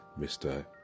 Mr